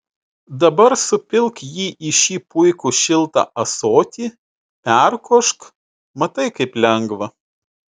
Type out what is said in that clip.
dabar supilk jį į šį puikų šiltą ąsotį perkošk matai kaip lengva